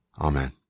Amen